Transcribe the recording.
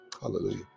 Hallelujah